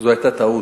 היה טעות.